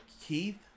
Keith